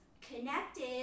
connected